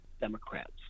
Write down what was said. Democrats